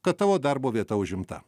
kad tavo darbo vieta užimta